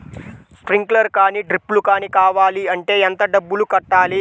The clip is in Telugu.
స్ప్రింక్లర్ కానీ డ్రిప్లు కాని కావాలి అంటే ఎంత డబ్బులు కట్టాలి?